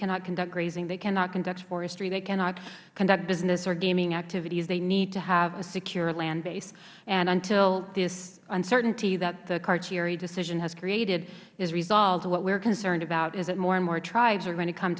cannot conduct grazing they cannot conduct forestry they cannot conduct business or gaming activities they need to have a secure land base and until this uncertainty that the carcieri decision has created is resolved what we are concerned about is that more and more tribes are going to come